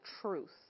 truth